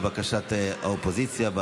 לבקשת האופוזיציה,